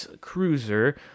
cruiser